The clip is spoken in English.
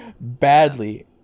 badly